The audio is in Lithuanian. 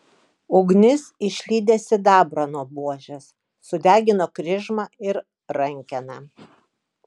ugnis išlydė sidabrą nuo buožės sudegino kryžmą ir rankeną